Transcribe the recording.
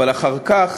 אבל אחר כך